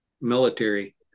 military